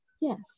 Yes